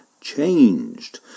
changed